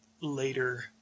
later